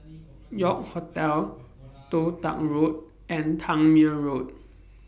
York Hotel Toh Tuck Road and Tangmere Road